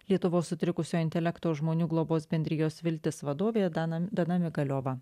lietuvos sutrikusio intelekto žmonių globos bendrijos viltis vadovė dana dana migaliova